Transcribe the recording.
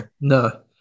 no